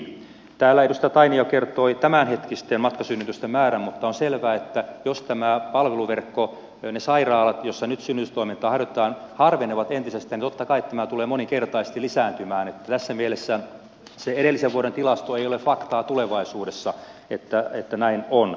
täällä edustaja tainio kertoi tämänhetkisten matkasynnytysten määrän mutta on selvää että jos tämä palveluverkko ne sairaalat joissa nyt synnytystoimintaa harjoitetaan harvenevat entisestään niin totta kai tämä tulee moninkertaisesti lisääntymään niin että tässä mielessä se edellisen vuoden tilasto ei ole faktaa että tulevaisuudessa näin on